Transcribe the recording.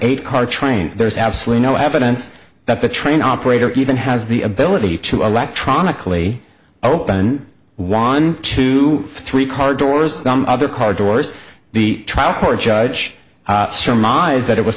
eight car train there's absolutely no evidence that the train operator even has the ability to electronically open one two three car doors other car doors the trial court judge surmised that it was